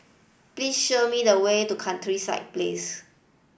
please show me the way to Countryside Place